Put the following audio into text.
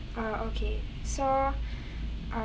uh okay so